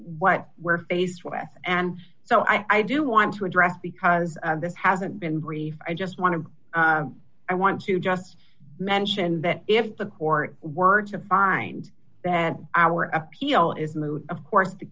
what we're faced with and so i do want to address because this hasn't been brief i just want to i want to just mention that if the court word to find that our appeal is moot of course the